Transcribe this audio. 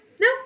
no